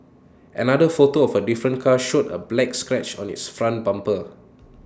another photo of A different car showed A black scratch on its front bumper